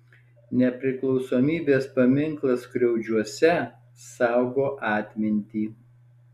nepriklausomybės paminklas skriaudžiuose saugo atmintį